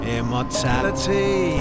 immortality